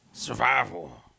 survival